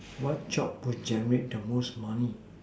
what job would generate the most money